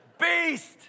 Beast